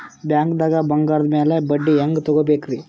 ಬ್ಯಾಂಕ್ದಾಗ ಬಂಗಾರದ್ ಮ್ಯಾಲ್ ಬಡ್ಡಿ ಹೆಂಗ್ ತಗೋಬೇಕ್ರಿ?